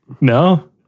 No